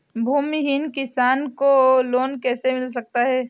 भूमिहीन किसान को लोन कैसे मिल सकता है?